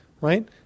right